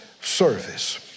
service